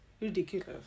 ridiculous